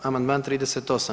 Amandman 38.